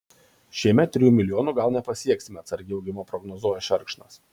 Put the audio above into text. šiemet trijų milijonų gal nepasieksime atsargiai augimą prognozuoja šerkšnas